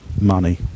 money